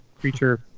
creature